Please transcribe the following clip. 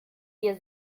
dir